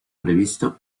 previsto